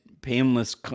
painless